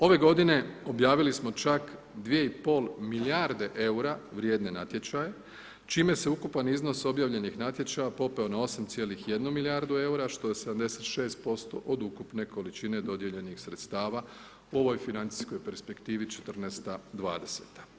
Ove godine objavili smo čak 2,5 milijarde eura vrijedne natječaje čime se ukupan iznos objavljenih natječaja popeo na 8,1 milijardu eura što je 76% od ukupne količine dodijeljenih sredstava u ovoj financijskoj perspektivi '14.-ta-'20.-ta.